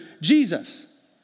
Jesus